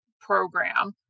program